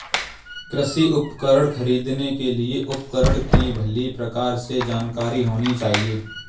कृषि उपकरण खरीदने के लिए उपकरण की भली प्रकार से जानकारी होनी चाहिए